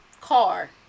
car